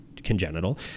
Congenital